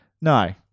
No